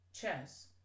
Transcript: chess